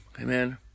amen